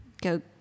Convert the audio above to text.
Go